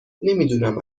نمیدونم